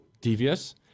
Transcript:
devious